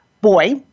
boy